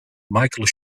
michael